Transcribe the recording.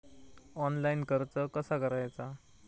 Online कर्ज कसा करायचा?